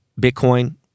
Bitcoin